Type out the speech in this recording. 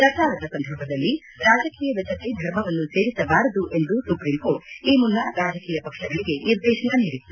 ಪ್ರಚಾರದ ಸಂದರ್ಭದಲ್ಲಿ ರಾಜಕೀಯದ ಜತೆ ಧರ್ಮವನ್ನು ಸೇರಿಸಬಾರದು ಎಂದು ಸುಪ್ರೀಂಕೋರ್ಟ್ ಈ ಮುನ್ನ ರಾಜಕೀಯ ಪಕ್ಷಗಳಿಗೆ ನಿರ್ದೇಶನ ನೀಡಿತ್ತು